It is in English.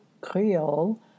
Creole